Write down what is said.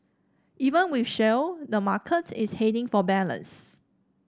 even with shale the market is heading for balance